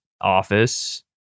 office